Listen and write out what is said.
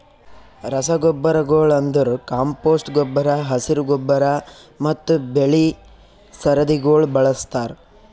ರಸಗೊಬ್ಬರಗೊಳ್ ಅಂದುರ್ ಕಾಂಪೋಸ್ಟ್ ಗೊಬ್ಬರ, ಹಸಿರು ಗೊಬ್ಬರ ಮತ್ತ್ ಬೆಳಿ ಸರದಿಗೊಳ್ ಬಳಸ್ತಾರ್